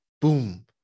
boom